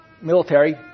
military